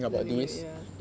learning it ya